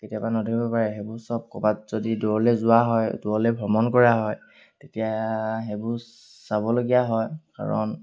কেতিয়াবা নধৰিব পাৰে সেইবোৰ চব ক'বাত যদি দূৰলৈ যোৱা হয় দূৰলৈ ভ্ৰমণ কৰা হয় তেতিয়া সেইবোৰ চাবলগীয়া হয় কাৰণ